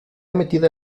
metida